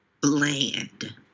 bland